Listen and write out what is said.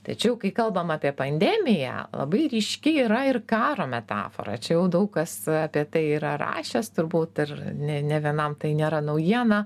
tačiau kai kalbam apie pandemiją labai ryški yra ir karo metafora čia jau daug kas apie tai yra rašęs turbūt ir ne nė vienam tai nėra naujiena